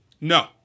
No